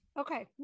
Okay